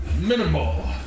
minimal